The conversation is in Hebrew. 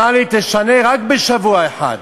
הוא אמר לי: תשנה רק בשבוע אחד,